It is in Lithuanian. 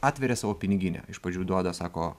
atveria savo piniginę iš pradžių duoda sako